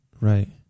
right